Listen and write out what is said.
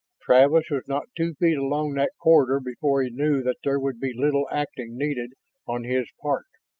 travis was not two feet along that corridor before he knew that there would be little acting needed on his part.